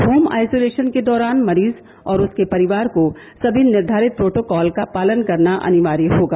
home isolation के दौरान मरीज और उसके परिवार को सभी निर्धारित प्रोटोकॉल का पालन करना अनिवार्य होगा